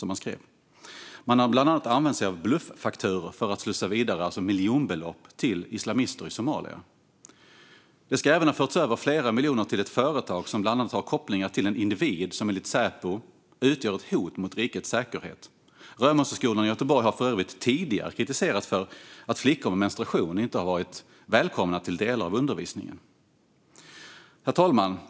Man har bland annat använt sig av bluffakturor för att slussa miljonbelopp vidare till islamister i Somalia. Det ska även ha förts över flera miljoner till ett företag som bland annat har kopplingar till en individ som enligt Säpo utgör ett hot mot rikets säkerhet. Römosseskolorna i Göteborg har för övrigt tidigare kritiserats för att flickor med menstruation inte har varit välkomna till delar av undervisningen. Herr talman!